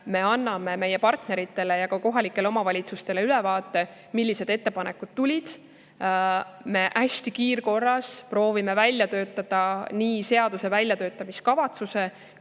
me anname oma partneritele ja kohalikele omavalitsustele ülevaate, millised ettepanekud tulid. Me proovime kiirkorras välja töötada nii seaduse väljatöötamiskavatsuse